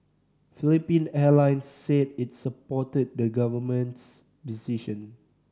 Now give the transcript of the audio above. Philippine Airlines said it supported the government's decision